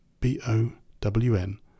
b-o-w-n